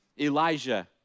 Elijah